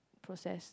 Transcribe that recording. processed